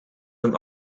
een